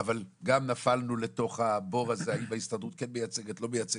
אבל גם נפלנו לתוך הבור הזה - האם ההסתדרות כן או לא מייצגת,